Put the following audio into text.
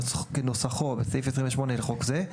כנוסחו בסעיף 28 לחוק זה,